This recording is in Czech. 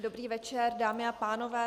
Dobrý večer, dámy a pánové.